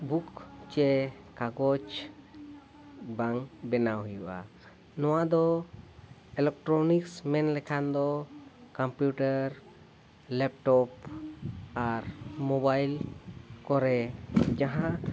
book ᱪᱮ ᱠᱟᱜᱚᱡᱽ ᱵᱟᱝ ᱵᱮᱱᱟᱣ ᱦᱩᱭᱩᱜᱼᱟ ᱱᱚᱣᱟ ᱫᱚ ᱤᱞᱮᱠᱴᱨᱚᱱᱤᱠᱥ ᱢᱮᱱ ᱞᱮᱠᱷᱟᱱ ᱫᱚ ᱠᱚᱢᱯᱤᱭᱩᱴᱟᱨ ᱞᱮᱯᱴᱚᱯ ᱟᱨ ᱢᱚᱵᱟᱭᱤᱞ ᱠᱚᱨᱮ ᱡᱟᱦᱟᱸ